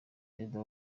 perezida